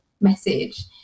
message